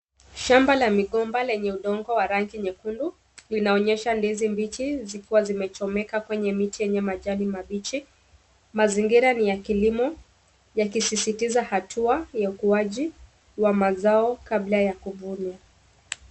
Shamba la migomba lenye udongo wa rangi nyekundu linaonyesha ndizi mbichi zikiwa zimechomeka kwenye miti yenye majani mabichi. Mazingira ni ya kilimo yakisisitiza hatua ya ukuaji wa mazao kabla ya kuvunwa.